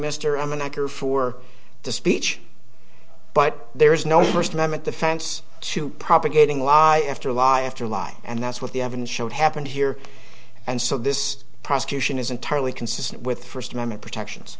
mr i'm an anchor for the speech but there is no first amendment defense to propagating lie after lie after lie and that's what the evidence showed happened here and so this prosecution is entirely consistent with first amendment protections